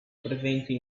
presenti